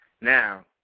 Now